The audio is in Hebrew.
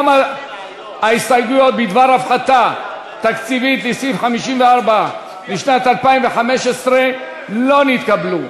גם ההסתייגויות בדבר הפחתה תקציבית לסעיף 54 לשנת 2015 לא נתקבלו.